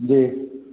जी